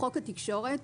בחוק התקשורת,